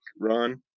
run